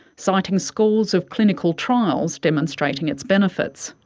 citing scores of clinical trials demonstrating its benefits.